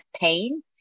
pain